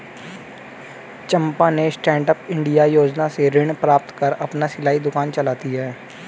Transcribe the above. चंपा ने stand up India योजना से ऋण प्राप्त कर अपना सिलाई दुकान चलाती है